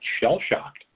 shell-shocked